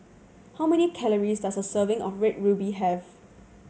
how many calories does a serving of Red Ruby have